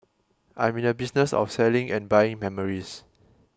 I'm in the business of selling and buying memories